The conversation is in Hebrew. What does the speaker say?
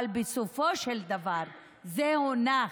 אבל בסופו של דבר זה הונח,